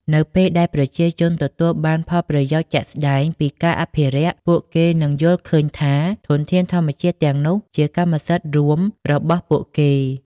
នៅពេលដែលប្រជាជនទទួលបានផលប្រយោជន៍ជាក់ស្ដែងពីការអភិរក្ស ពួកគេនឹងយល់ឃើញថាធនធានធម្មជាតិទាំងនោះជាកម្មសិទ្ធិរួមរបស់ពួកគេ។